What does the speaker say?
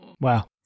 Wow